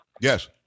Yes